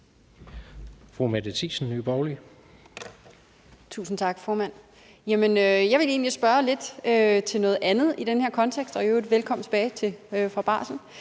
Mette Thiesen (NB): Tusind tak, formand. Jeg vil egentlig spørge til noget lidt andet i den her kontekst, og i øvrigt velkommen tilbage fra barsel.